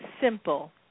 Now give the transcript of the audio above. simple